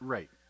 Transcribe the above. Right